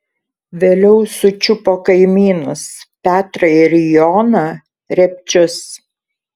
vėliau sučiupo kaimynus petrą ir joną repčius